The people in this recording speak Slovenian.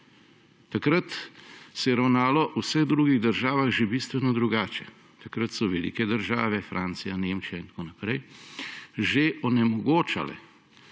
Takrat se je ravnalo v vseh drugih državah že bistveno drugače, takrat so velike države, Francija, Nemčija in tako naprej, že onemogočale